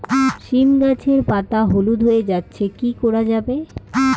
সীম গাছের পাতা হলুদ হয়ে যাচ্ছে কি করা যাবে?